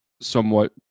somewhat